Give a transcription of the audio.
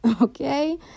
okay